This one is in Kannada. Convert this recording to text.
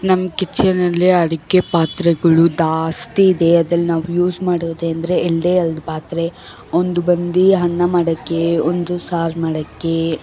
ನಮ್ಮ ಕಿಚನಲ್ಲಿ ಅಡಿಗೆ ಪಾತ್ರೆಗಳು ಜಾಸ್ತಿ ಇದೆ ಅದಲ್ಲಿ ನಾವು ಯೂಸ್ ಮಾಡೋದಂದ್ರೆ ಎರಡೆ ಎರಡು ಪಾತ್ರೆ ಒಂದು ಬಂದು ಅನ್ನ ಮಾಡಕ್ಕೆ ಒಂದು ಸಾರು ಮಾಡಕ್ಕೆ